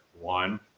one